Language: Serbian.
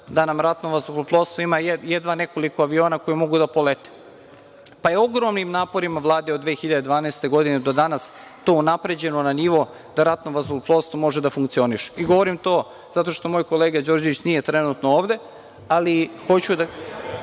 da nam ratno vazduhoplovstvo ima jedva nekoliko aviona koji mogu da polete, pa je ogromnim naporima Vlade od 2012. godine do danas to unapređeno na nivo da ratno vazduhoplovstvo može da funkcioniše. Govorim to zato što moj kolega Đorđević nije trenutno ovde. Izvinjavam